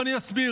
ואני אסביר.